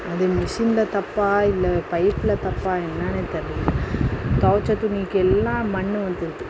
அது மிஷினில் தப்பா இல்லை பைபில் தப்பாக என்னெனே தெரியல துவைச்ச துணிக்கு எல்லாம் மண் வந்துடுது